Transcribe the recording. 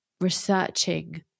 researching